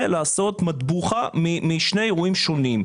זה לעשות מטבוחה משני אירועים שונים.